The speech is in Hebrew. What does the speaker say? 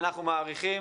אנחנו מעריכים